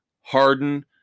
Harden